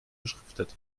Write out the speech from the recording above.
beschriftet